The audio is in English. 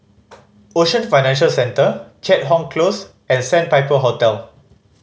Ocean Financial Centre Keat Hong Close and Sandpiper Hotel